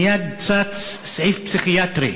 מייד צץ סעיף פסיכיאטרי.